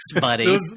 buddy